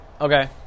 Okay